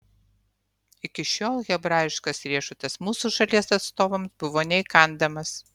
iki šiol hebrajiškas riešutas mūsų šalies atstovams buvo neįkandamas